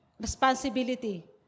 responsibility